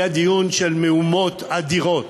היה דיון של מהומות אדירות.